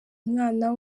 mwana